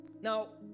Now